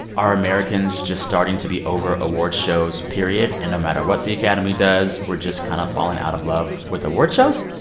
are americans just starting to be over award shows, period and no matter what the academy does, we're just kind of falling out of love with award shows?